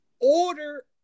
order